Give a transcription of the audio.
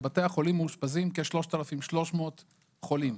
בבתי החולים מאושפזים כ-3,300 חולים.